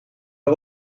wel